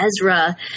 Ezra